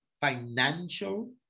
financial